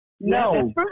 No